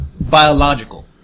biological